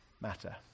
matter